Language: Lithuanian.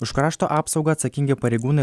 už krašto apsaugą atsakingi pareigūnai